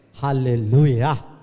Hallelujah